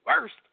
worst